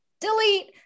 delete